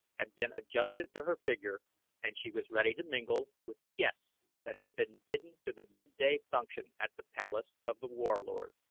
had been adjusted to her figure and she was ready to mingle with the guests that had been bidden to the midday function at the palace of the warlord.